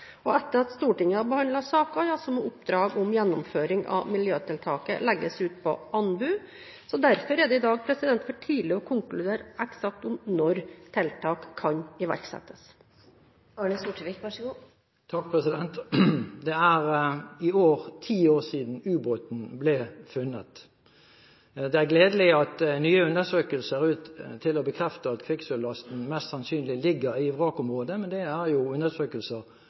Etter at Stortinget har behandlet saken, må oppdrag om gjennomføring av miljøtiltaket legges ut på anbud. Derfor er det i dag for tidlig å konkludere eksakt om når tiltak kan iverksettes. Det er i år ti år siden ubåten ble funnet. Det er gledelig at nye undersøkelser ser ut til å bekrefte at kvikksølvlasten mest sannsynlig ligger i vrakområdet, men det er jo undersøkelser